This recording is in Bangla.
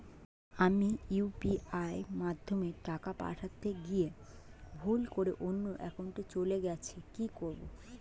আমি ইউ.পি.আই মাধ্যমে টাকা পাঠাতে গিয়ে ভুল করে অন্য একাউন্টে চলে গেছে কি করব?